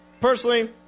personally